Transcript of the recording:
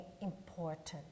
important